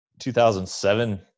2007